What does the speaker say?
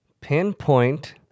Pinpoint